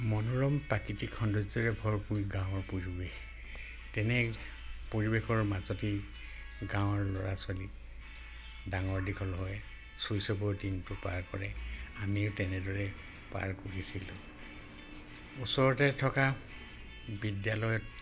মনোৰম প্ৰাকৃতিক সৌন্দৰ্যৰে ভৰপূৰ গাঁৱৰ পৰিৱেশ তেনে পৰিৱেশৰ মাজতেই গাঁৱৰ ল'ৰা ছোৱালীক ডাঙৰ দীঘল হয় শৈশৱৰ দিনটো পাৰ কৰে আমিও তেনেদৰে পাৰ কৰিছিলোঁ ওচৰতে থকা বিদ্যালয়ত